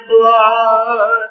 blood